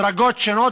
דרגות שונות,